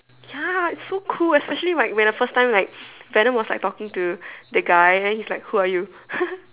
ya it's so cool especially like when the first time like Venom was like talking to the guy then he's like who are you